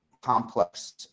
complex